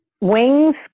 wings